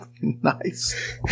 Nice